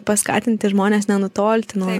paskatinti žmones nenutolti nuo